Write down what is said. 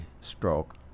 stroke